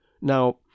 Now